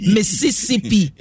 Mississippi